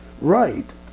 right